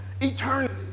Eternity